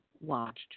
watched